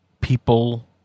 people